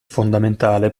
fondamentale